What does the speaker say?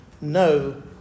no